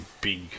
big